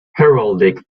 heraldic